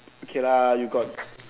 okay lah you got